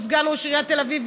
שהוא סגן ראש עיריית תל אביב,